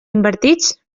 invertits